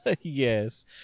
Yes